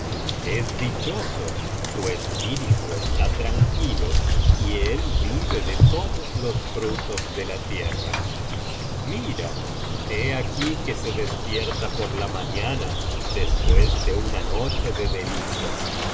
es dichoso su espíritu está tranquilo y él vive de todos los frutos de la tierra mira he aquí que se despierta por la mañana después de una noche de delicias